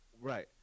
Right